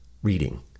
Reading